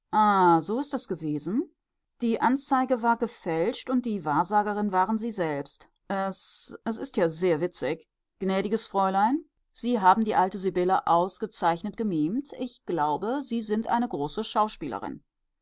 so ist das gewesen die anzeige war gefälscht und die wahrsagerin waren sie selbst es es ist ja sehr witzig gnädiges fräulein sie haben die alte sibylle ausgezeichnet gemimt ich glaube sie sind eine große schauspielerin